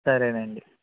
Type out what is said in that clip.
సరేనండి